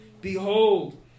Behold